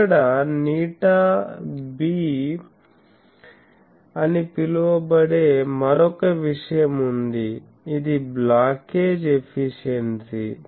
ఇక్కడ ηb అని పిలువబడే మరొక విషయం ఉంది ఇది బ్లాకేజ్ ఎఫిషియెన్సీ